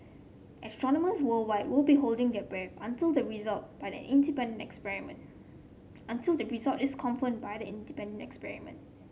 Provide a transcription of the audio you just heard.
astronomers worldwide will be holding their breath until the result by an independent experiment until the result this confirmed by the independent experiment